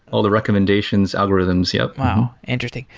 all the recommendations, algorithms, yup wow, interesting.